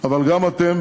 אבל גם אתם,